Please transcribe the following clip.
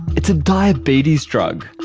it's a diabetes drug.